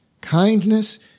Kindness